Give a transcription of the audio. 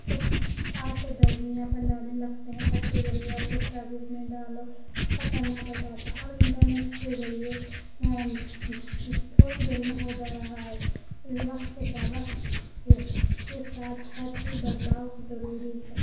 تب آج سے دس دن یا پندرہ دن لگتے ہیں خط کے ذریعہ پوسٹ آفس میں ڈالو ایسا کرنا پڑتا تھا اب انٹرنیٹ کے ذریعے تھوڑی دیر میں ہو جا رہا ہے اس وقت کے ساتھ وقت کے کے ساتھ ہر چیز بدلاؤ ضروری ہے